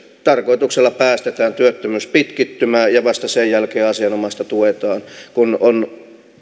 tarkoituksella päästetään työttömyys pitkittymään ja vasta sen jälkeen asianomaista tuetaan kun on